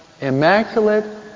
Immaculate